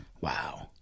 Wow